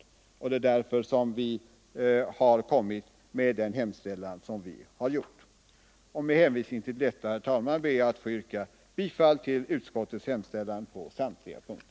Därför har vi gjort den hemställan som vi har gjort. Herr talman! Med hänvisning till det anförda ber jag att få yrka bifall till utskottets hemställan på samtliga punkter.